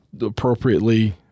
appropriately